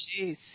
jeez